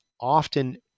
often